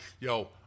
yo